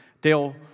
Dale